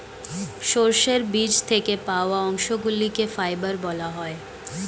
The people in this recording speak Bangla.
সর্ষের বীজ থেকে পাওয়া অংশগুলিকে ফাইবার বলা হয়